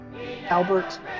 Albert